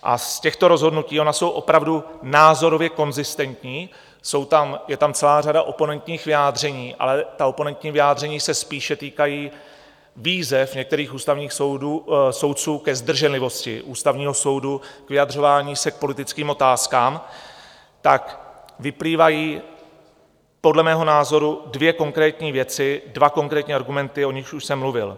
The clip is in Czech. A z těchto rozhodnutí ona jsou opravdu názorově konzistentní, je tam celá řada oponentních vyjádření, ale ta oponentní vyjádření se spíše týkají výzev některých ústavních soudců ke zdrženlivosti Ústavního soudu k vyjadřování se k politickým otázkám vyplývají podle mého názoru dvě konkrétní věci, dva konkrétní argumenty, o nichž už jsem mluvil.